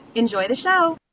enjoy the show